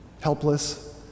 Helpless